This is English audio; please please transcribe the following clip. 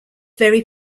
very